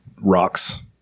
Rocks